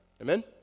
Amen